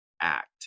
act